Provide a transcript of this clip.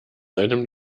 einem